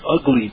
ugly